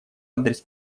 адрес